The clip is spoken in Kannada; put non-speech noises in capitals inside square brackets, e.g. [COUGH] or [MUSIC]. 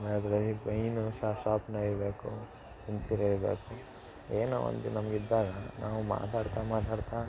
ಆಮೇಲೆ [UNINTELLIGIBLE] ಮೇಯ್ನು ಶಾಪ್ನರ್ ಇರಬೇಕು ಪೆನ್ಸಿಲ್ ಇರಬೇಕು ಏನೋ ಒಂದು ನಮ್ಗೆ ಇದ್ದಾಗ ನಾವು ಮಾತಾಡ್ತಾ ಮಾತಾಡ್ತಾ